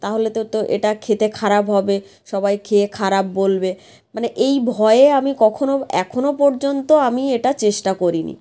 তাহলে তো তো এটা খেতে খারাপ হবে সবাই খেয়ে খারাপ বলবে মানে এই ভয়ে আমি কখনো এখনো পর্যন্ত আমি এটা চেষ্টা করি নি